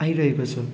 आइरहेको छ